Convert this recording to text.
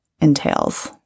entails